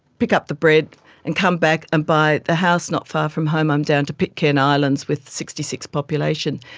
pick up the bread and come back, and by the house not far from home i'm down to pitcairn islands with sixty six population.